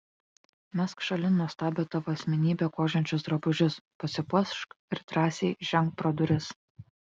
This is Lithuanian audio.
mesk šalin nuostabią tavo asmenybę gožiančius drabužius pasipuošk ir drąsiai ženk pro duris